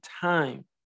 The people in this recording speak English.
time